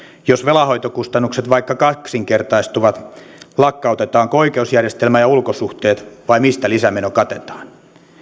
jos velanhoitokustannukset vaikka kaksinkertaistuvat lakkautetaanko oikeusjärjestelmä ja ulkosuhteet vai mistä lisämeno katetaan